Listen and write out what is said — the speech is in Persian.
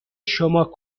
شما